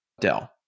Dell